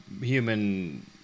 human